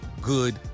good